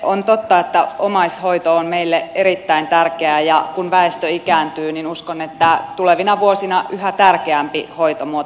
on totta että omaishoito on meille erittäin tärkeää ja kun väestö ikääntyy niin uskon että se on tulevina vuosina yhä tärkeämpi hoitomuoto